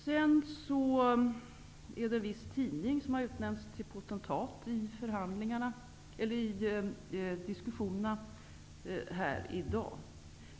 Det är en viss tidning som utnämnts till potentat i diskussionen här i dag.